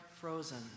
frozen